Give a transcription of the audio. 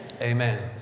amen